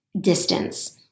distance